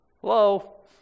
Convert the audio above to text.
Hello